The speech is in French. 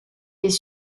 des